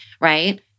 right